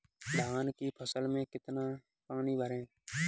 धान की फसल में कितना पानी भरें?